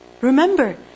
Remember